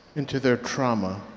into their trauma,